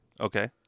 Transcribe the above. okay